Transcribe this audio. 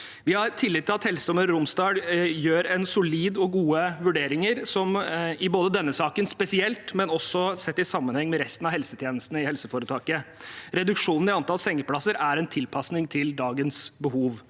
Vi har tillit til at Helse Møre og Romsdal gjør solide og gode vurderinger i denne saken spesielt, men også sett i sammenheng med resten av helsetjenestene i helseforetaket. Reduksjonen i antall sengeplasser er en tilpasning til dagens behov.